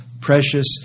precious